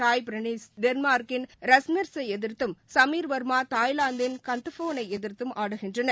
சாய் பிரணீத் டென்மார்க்கின் ராஸ்மொ்ஸை எதிர்த்தும் சமீர் வாமா தாய்லாந்தின் கந்தப்ஃபோனை எதிர்த்தும் ஆடுகின்றனர்